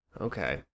Okay